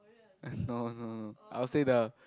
no no no I will say the